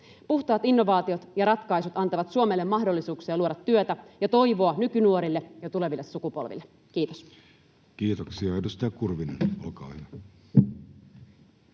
Puhtaat innovaatiot ja ratkaisut antavat Suomelle mahdollisuuksia luoda työtä ja toivoa nykynuorille ja tuleville sukupolville. — Kiitos. [Speech 130] Speaker: